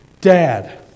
Dad